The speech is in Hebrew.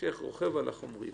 המשיח רוכב על החומריות.